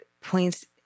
points